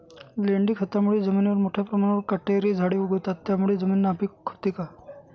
लेंडी खतामुळे जमिनीवर मोठ्या प्रमाणावर काटेरी झाडे उगवतात, त्यामुळे जमीन नापीक होते का?